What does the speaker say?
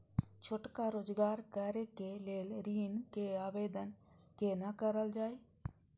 छोटका रोजगार करैक लेल ऋण के आवेदन केना करल जाय?